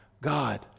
God